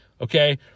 okay